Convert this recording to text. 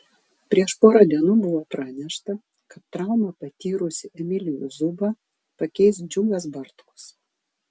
prieš porą dienų buvo pranešta kad traumą patyrusį emilijų zubą pakeis džiugas bartkus